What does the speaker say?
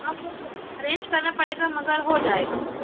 arrange کرنا پڑے گا مگر ہو جائے گا وہ